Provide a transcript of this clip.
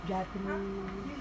Japanese